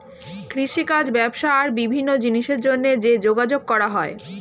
কৃষিকাজ, ব্যবসা আর বিভিন্ন জিনিসের জন্যে যে যোগাযোগ করা হয়